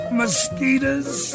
mosquitoes